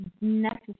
necessary